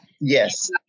Yes